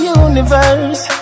universe